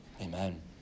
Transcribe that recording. Amen